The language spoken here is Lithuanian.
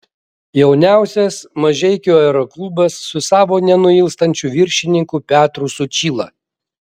jauniausias mažeikių aeroklubas su savo nenuilstančiu viršininku petru sučyla